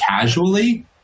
casually